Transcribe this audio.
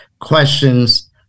questions